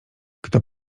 kto